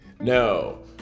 No